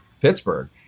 Pittsburgh